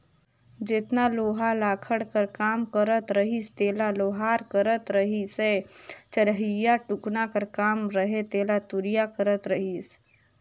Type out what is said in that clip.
जेतना लोहा लाघड़ कर काम रहत रहिस तेला लोहार करत रहिसए चरहियाए टुकना कर काम रहें तेला तुरिया करत रहिस